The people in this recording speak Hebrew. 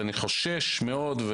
אני חושש מאוד,